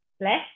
less